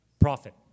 profit